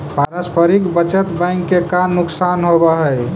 पारस्परिक बचत बैंक के का नुकसान होवऽ हइ?